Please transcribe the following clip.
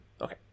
okay